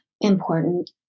important